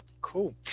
cool